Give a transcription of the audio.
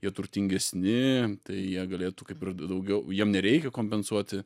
jie turtingesni jie galėtų kaip ir daugiau jiem nereikia kompensuoti